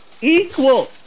equal